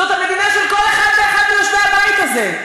זאת המדינה של כל אחת ואחד מיושבי הבית הזה.